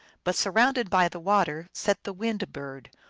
but surrounded by the water sat the wind-bird,